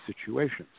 situations